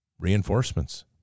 reinforcements